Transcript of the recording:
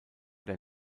der